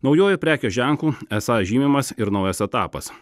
naujuoju prekės ženklu esą žymimas ir naujas etapas